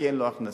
כי אין לו הכנסה.